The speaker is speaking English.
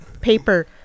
paper